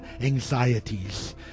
anxieties